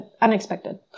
Unexpected